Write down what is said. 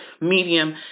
medium